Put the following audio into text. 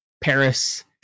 Paris